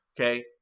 Okay